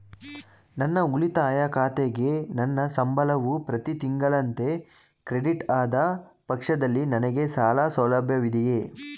ನನ್ನ ಉಳಿತಾಯ ಖಾತೆಗೆ ನನ್ನ ಸಂಬಳವು ಪ್ರತಿ ತಿಂಗಳಿನಂತೆ ಕ್ರೆಡಿಟ್ ಆದ ಪಕ್ಷದಲ್ಲಿ ನನಗೆ ಸಾಲ ಸೌಲಭ್ಯವಿದೆಯೇ?